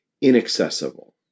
inaccessible